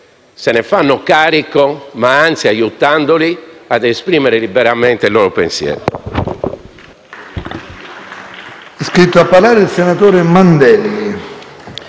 se ne fanno carico, ma anzi aiutandoli ad esprimere liberamente il loro pensiero.